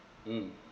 mm